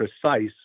precise